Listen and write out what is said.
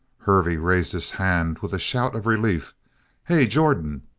hervey raised his hand with a shout of relief hey, jordan!